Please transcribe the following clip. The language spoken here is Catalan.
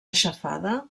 aixafada